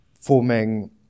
forming